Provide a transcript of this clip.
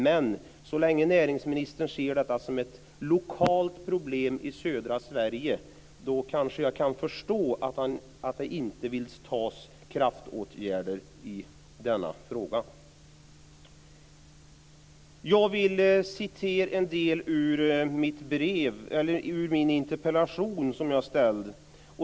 Men så länge näringsministern ser detta som ett lokalt problem i södra Sverige, då kan jag förstå att han inte vill vidta några kraftåtgärder i denna fråga. Jag vill citera ur min interpellation.